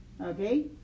Okay